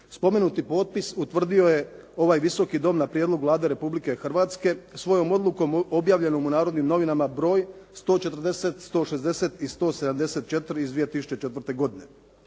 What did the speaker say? Spomenuti potpis utvrdio je ovaj Visoki dom na prijedlog Vlade Republike Hrvatske svojom odlukom objavljenom u "Narodnim novinama" br. 140, 160 i 174 iz 2004. godine.